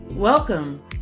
Welcome